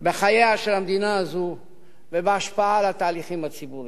בחייה של המדינה הזאת ובהשפעה על התהליכים הציבוריים: